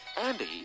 Andy